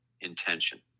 intention